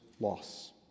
loss